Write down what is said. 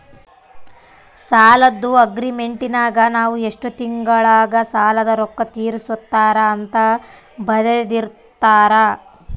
ಸಾಲದ್ದು ಅಗ್ರೀಮೆಂಟಿನಗ ನಾವು ಎಷ್ಟು ತಿಂಗಳಗ ಸಾಲದ ರೊಕ್ಕ ತೀರಿಸುತ್ತಾರ ಅಂತ ಬರೆರ್ದಿರುತ್ತಾರ